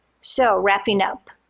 so wrapping up,